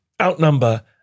outnumber